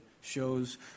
shows